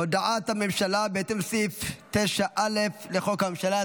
הודעת הממשלה בהתאם לסעיף 9(א) לחוק הממשלה,